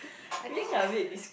I think